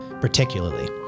particularly